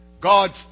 God's